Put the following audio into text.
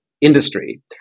industry